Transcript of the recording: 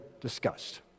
discussed